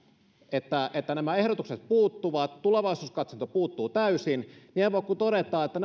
että että nämä ehdotukset puuttuvat tulevaisuuskatsanto puuttuu täysin niin en voi kuin todeta että